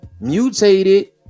mutated